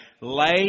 lay